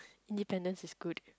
independence is good